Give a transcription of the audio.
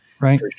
Right